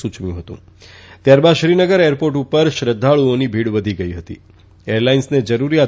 સુયવ્યું હતું ત્યારબાદ શ્રીનગર એરપોર્ટ પર શ્રદ્ધાળુઓની ભીડ વધી ગઈ હતીએરલાઈન્સને જરૂરીયાત